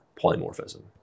polymorphism